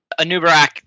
Anubarak